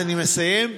אני מסיים.